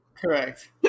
Correct